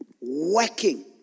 working